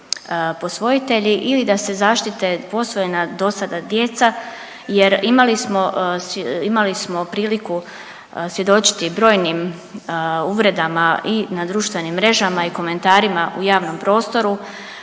posvojitelji ili da se zaštite posvojena do sada djeca jer imali smo priliku svjedočiti i brojnim uvredama i na društvenim mrežama i komentarima u javnom prostoru.